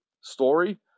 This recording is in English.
story